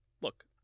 look